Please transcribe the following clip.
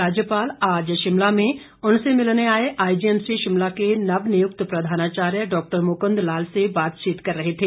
राज्यपाल आज शिमला में उनसे मिलने आए आईजीएमसी शिमला के नवनियुक्त प्रधानाचार्य डॉक्टर मुकुंद लाल से बातचीत कर रहे थे